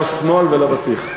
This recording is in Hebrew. לא סמוֹל ולא בטיח.